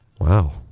wow